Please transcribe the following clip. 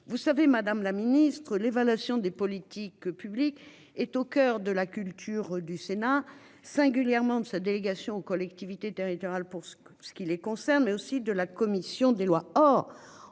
Vous savez, madame la Ministre, l'évaluation des politiques publiques est au coeur de la culture du Sénat singulièrement de sa délégation aux collectivités territoriales pour ce que ce qui les concerne, mais aussi de la commission des lois,